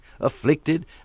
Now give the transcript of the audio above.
afflicted